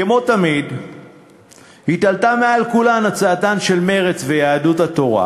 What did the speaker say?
כמו תמיד התעלתה מעל כולן הצעתן של מרצ ויהדות התורה,